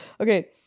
okay